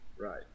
right